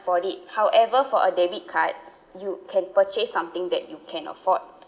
afford it however for a debit card you can purchase something that you can afford